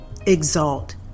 exalt